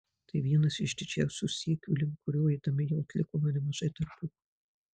tai vienas iš didžiausių siekių link kurio eidami jau atlikome nemažai darbų